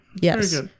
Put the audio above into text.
Yes